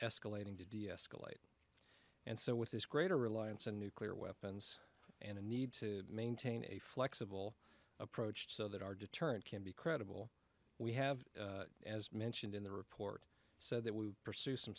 escalating to deescalate and so with this greater reliance on nuclear weapons and a need to maintain a flexible approach so that our deterrent can be credible we have as mentioned in the report said that we pursue some